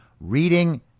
reading